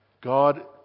God